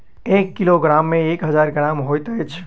एक किलोग्राम मे एक हजार ग्राम होइत अछि